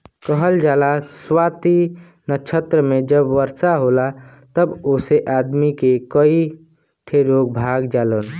कहल जाला स्वाति नक्षत्र मे जब वर्षा होला तब ओसे आदमी के कई ठे रोग भाग जालन